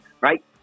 right